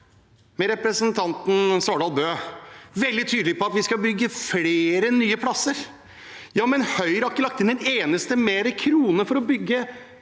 med representanten Svardal Bøe, som var veldig tydelig på at vi skal bygge flere nye plasser, men Høyre har ikke lagt inn en eneste krone mer for å bygge